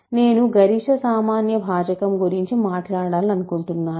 నేను greatest common divisor గురించి మాట్లాడాలనుకుంటున్నాను